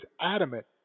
adamant